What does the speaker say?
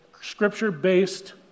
scripture-based